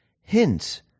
hints